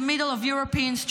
through every possible channel,